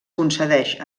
concedeix